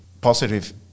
positive